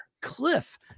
Cliff